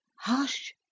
Hush